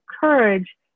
courage